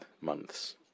months